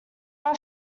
are